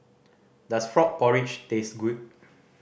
does frog porridge taste good